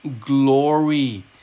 glory